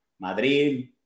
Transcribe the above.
madrid